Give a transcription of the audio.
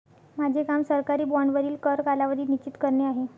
माझे काम सरकारी बाँडवरील कर कालावधी निश्चित करणे आहे